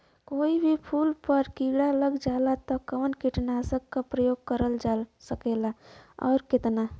कोई भी फूल पर कीड़ा लग जाला त कवन कीटनाशक क प्रयोग करल जा सकेला और कितना?